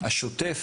השוטף